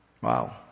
Wow